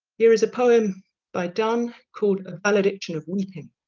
here is a poem by donne called a valediction of weeping